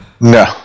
No